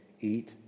eat